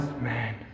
man